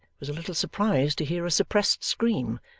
was a little surprised to hear a suppressed scream,